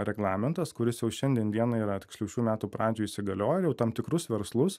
reglamentas kuris jau šiandien dieną yra tiksliau šių metų pradžioj įsigaliojo ir jau tam tikrus verslus